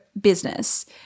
business